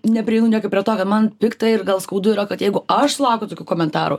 neprieinu niekaip prie to kad man pikta ir gal skaudu yra kad jeigu aš sulaukiu tokių komentarų